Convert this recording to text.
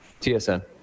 TSN